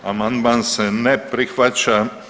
Amandman se ne prihvaća.